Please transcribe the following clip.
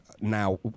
now